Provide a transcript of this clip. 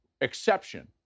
exception